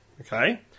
Okay